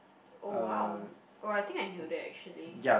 oh !wow! oh I think I knew that actually